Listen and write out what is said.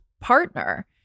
partner